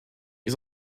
ils